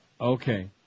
Okay